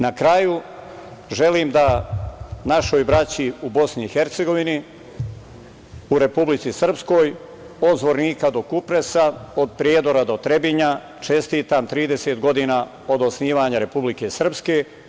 Na kraju želim da našoj braći u Bosni i Hercegovini, u Republici Srpskoj, od Zvornika do Kupresa, od Prijedora do Trebinja čestitam 30 godina od osnivanja Republike Srpske.